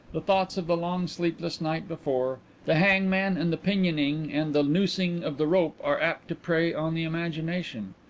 the thoughts of the long sleepless night before the hangman and the pinioning and the noosing of the rope, are apt to prey on the imagination.